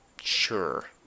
Sure